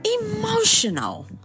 Emotional